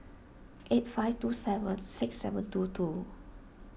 eight five two seven six seven two two